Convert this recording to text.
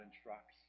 instructs